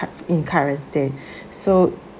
c~ in currents day so